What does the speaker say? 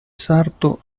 sarto